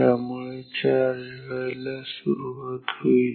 त्यामुळे हा चार्ज व्हायला सुरुवात होईल